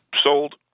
sold